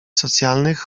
socjalnych